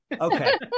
Okay